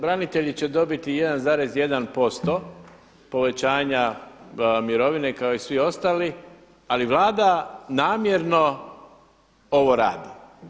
Branitelji će dobiti 1,1% povećanja mirovine kao i svi ostali, ali Vlada namjerno ovo radi.